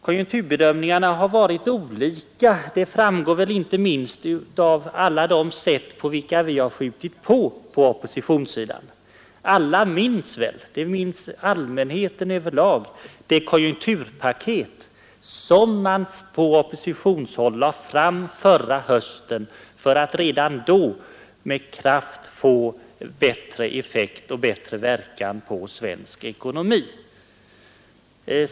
Konjunkturbedömningarna har varit olika, det framgår inte minst av alla de sätt på vilka vi på oppositionssidan har försökt skjuta på. Alla minns väl, inte minst allmänheten gör det säkerligen, det konjunkturpaket som man på oppositionshåll lade fram förra hösten för att redan då försöka göra den svenska ekonomin mera expansiv.